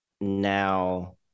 Now